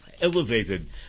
Elevated